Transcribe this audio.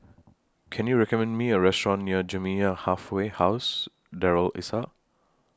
Can YOU recommend Me A Restaurant near Jamiyah Halfway House Darul Islah